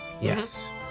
Yes